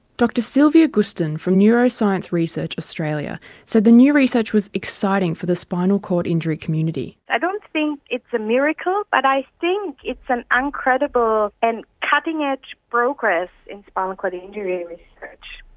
dr sylvia guston from neuroscience research australia said the new research was exciting for the spinal cord injury community. i don't think it's a miracle but i think it's an incredible and cutting-edge progress in spinal cord injury research.